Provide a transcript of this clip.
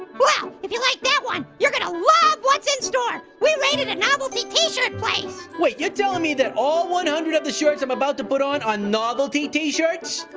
well, if you like that one, you're gonna love what's in store. we raided a novelty t-shirt place. wait, you're telling me that all one hundred of the shirts i'm about to put on are novelty t-shirts?